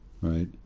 right